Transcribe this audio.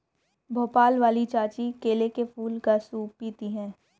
भोपाल वाली चाची केले के फूल का सूप पीती हैं